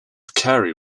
cary